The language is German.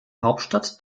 hauptstadt